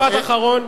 משפט אחרון,